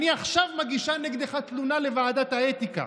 אני עכשיו מגישה נגדך תלונה לוועדת האתיקה.